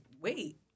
wait